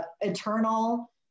eternal